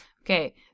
Okay